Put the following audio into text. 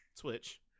Twitch